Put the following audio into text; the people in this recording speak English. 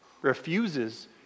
refuses